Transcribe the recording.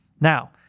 Now